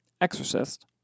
Exorcist